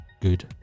good